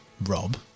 Rob